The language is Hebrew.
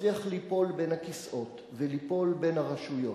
מצליח ליפול בין הכיסאות וליפול בין הרשויות.